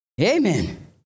amen